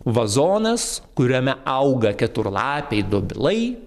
vazonas kuriame auga keturlapiai dobilai